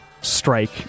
strike